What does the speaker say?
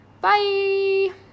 bye